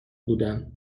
بودم